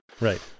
Right